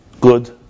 good